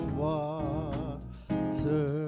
water